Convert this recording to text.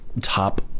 top